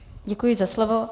Děkuji za slovo.